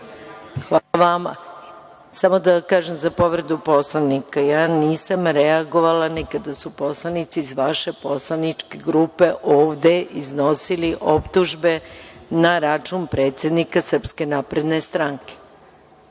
hvala vama. Samo da kažem za povredu Poslovnika. Ja nisam reagovala ni kada su poslanici iz vaše poslaničke grupe ovde iznosili optužbe na račun predsednika SNS.Ne sećate se.